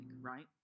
right